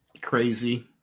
crazy